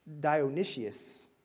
Dionysius